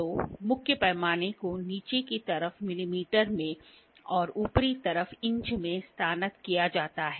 तो मुख्य पैमाने को नीचे की तरफ मिलीमीटर में और ऊपरी तरफ इंच में स्नातक किया जाता है